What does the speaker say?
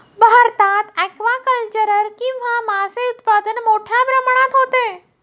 भारतात ॲक्वाकल्चर किंवा मासे उत्पादन मोठ्या प्रमाणात होते